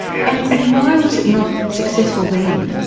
and and why was it not successful then?